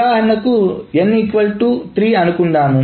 ఉదాహరణకు n 3 అనుకుందాం